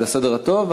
בשביל הסדר הטוב,